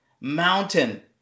mountain